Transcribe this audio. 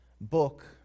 book